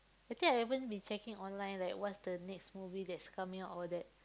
I think I haven't been checking online like what's the next movie that's coming out all that